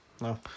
no